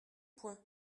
point